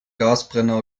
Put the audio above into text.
gasbrenner